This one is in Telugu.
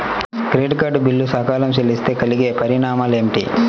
క్రెడిట్ కార్డ్ బిల్లు సకాలంలో చెల్లిస్తే కలిగే పరిణామాలేమిటి?